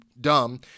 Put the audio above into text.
dumb